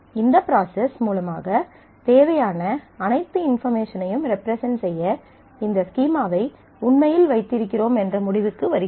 இந்த ப்ராசஸ் மூலமாக தேவையான அனைத்து இன்பார்மேஷனையும் ரெப்ரசன்ட் செய்ய இந்த ஸ்கீமாவை உண்மையில் வைத்திருக்கிறோம் என்ற முடிவுக்கு வருகிறோம்